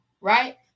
Right